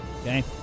Okay